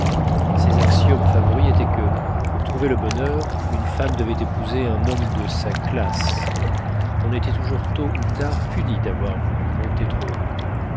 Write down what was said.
ses axiomes favoris étaient que pour trouver le bonheur une femme devait épouser un homme de sa classe on était toujours tôt ou tard puni d'avoir voulu monter trop haut